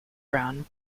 brown